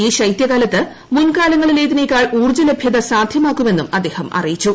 ഈ ശൈതൃകാലത്ത് മുൻകാലങ്ങളിലേതിനെക്കാൾ ഊർജ്ജ ലഭ്യത സാദ്ധ്യമാക്കുമെന്നും അദ്ദേഹം അറിയിച്ചു